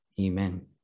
Amen